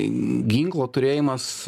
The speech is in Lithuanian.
ginklo turėjimas